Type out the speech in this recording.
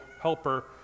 helper